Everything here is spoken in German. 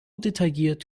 detailliert